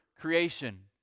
creation